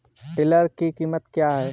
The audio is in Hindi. टिलर की कीमत क्या है?